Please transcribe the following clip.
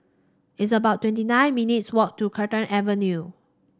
it's about twenty nine minutes' walk to Carlton Avenue